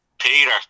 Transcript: Peter